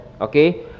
okay